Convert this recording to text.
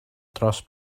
dros